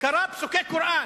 קרא פסוקי קוראן.